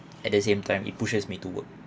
at the same time it pushes me to work